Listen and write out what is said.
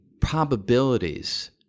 probabilities